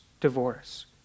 divorce